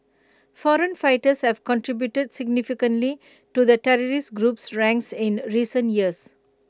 foreign fighters have contributed significantly to the terrorist group's ranks in recent years